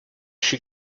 she